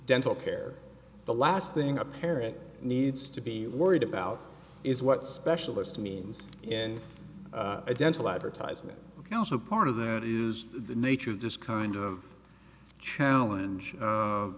dental care the last thing a parent needs to be worried about is what specialist means in a dental advertisement and also part of that is the nature of this kind of challenge